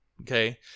Okay